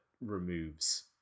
removes